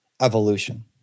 evolution